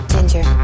Ginger